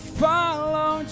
follow